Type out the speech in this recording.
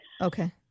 Okay